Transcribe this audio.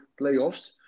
playoffs